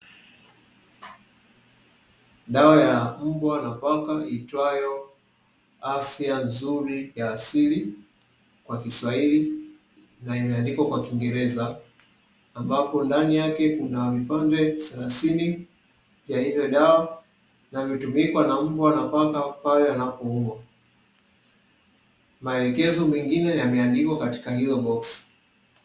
Dawa ya mbwa na paka iitwayo "Afya nzuri" ya asili kwa kiswahili na inaandikwa kwa kiingereza ambapo ndani yake kuna vikombe thelathini ya hiyo dawa inavyotumika na mbwa na paka pale anapoumwa, maelekezo mengine yameandikwa katika hilo boksi.